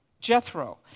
Jethro